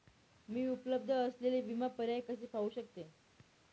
मी उपलब्ध असलेले विमा पर्याय कसे पाहू शकते?